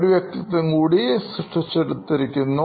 ഒരു വ്യക്തിത്വം കൂടി സൃഷ്ടിച്ചെടുത്തരിക്കുന്നു